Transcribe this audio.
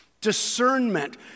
Discernment